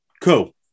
Cool